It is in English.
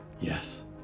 Yes